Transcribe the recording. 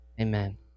amen